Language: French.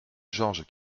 georges